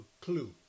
clue